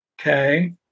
Okay